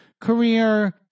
career